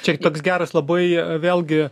čia toks geras labai vėlgi